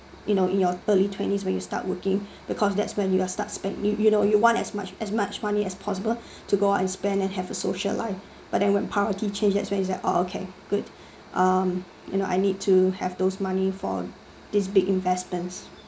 you know in your early twenties when you start working because that's when you will start spending you know you want as much as much money as possible to go out and spend and have a social life but then when priority changes when it's all okay good um you know I need to have those money for this big investments